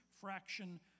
fraction